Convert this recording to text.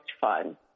fun